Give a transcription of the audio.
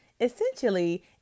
Essentially